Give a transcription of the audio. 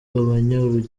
kugabanya